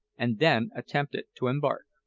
and then attempted to embark.